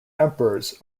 emperors